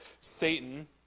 Satan